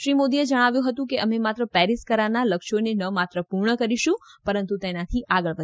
શ્રી મોદીએ જણાવ્યું હતું કે અમે માત્ર પેરિસ કરારના લક્ષ્યોને ન માત્ર પૂર્ણ કરીશું પરંતુ તેનાથી આગળ વધીશું